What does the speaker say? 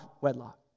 wedlock